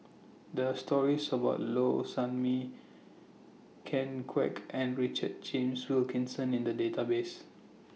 There Are stories about Low Sanmay Ken Kwek and Richard James Wilkinson in The Database